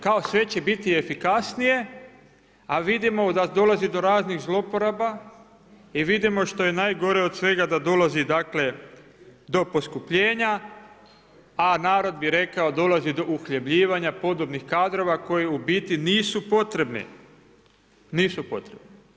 Kao sve će biti efikasnije, a vidimo da dolazi do raznih zlouporaba i vidimo što je najgore od svega da dolazi dakle do poskupljenja, a narod bi rekao dolazi do uhljebljivanja podobnih kadrova koji u biti nisu potrebni, nisu potrebni.